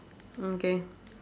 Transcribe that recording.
okay